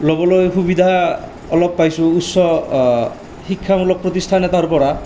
ল'বলৈ সুবিধা অলপ পাইছোঁ উচ্চ শিক্ষামূলক প্ৰতিষ্ঠান এটাৰ পৰা